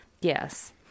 Yes